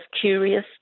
curious